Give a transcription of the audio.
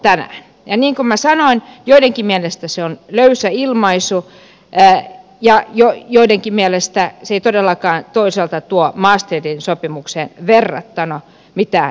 niin kuin minä sanoin joidenkin mielestä se on löysä ilmaisu ja joidenkin mielestä se ei todellakaan toisaalta tuo maastrichtin sopimukseen verrattuna mitään uutta